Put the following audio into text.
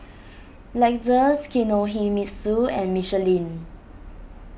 Lexus Kinohimitsu and Michelin